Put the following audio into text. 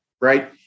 right